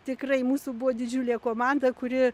tikrai mūsų buvo didžiulė komanda kuri